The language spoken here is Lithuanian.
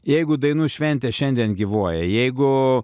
jeigu dainų šventė šiandien gyvuoja jeigu